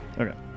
Okay